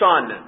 son